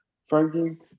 Frankie